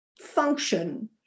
function